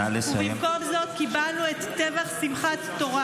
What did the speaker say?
ובמקום זאת קיבלנו את טבח שמחת תורה,